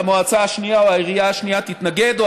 אז המועצה השנייה או העירייה השנייה תתנגד או